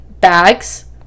bags